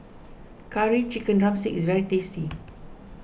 Curry Chicken Drumstick is very tasty